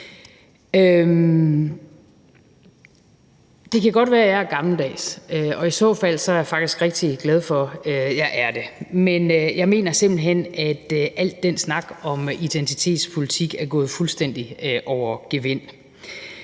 Det kan godt være, at jeg er gammeldags, og i så fald er jeg faktisk rigtig glad for, at jeg er det, men jeg mener simpelt hen, at al den snak om identitetspolitik er gået fuldstændig over gevind.